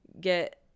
get